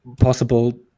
possible